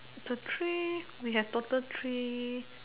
it's a three we have total three